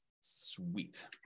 Sweet